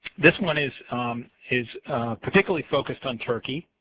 this one is is particularly focused on turkey.